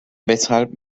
weshalb